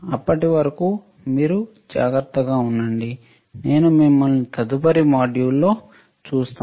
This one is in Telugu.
అప్పటి వరకు మీరు జాగ్రత్తగా ఉండండి నేను మిమ్మల్ని తదుపరి మాడ్యూల్ లో చూస్తాను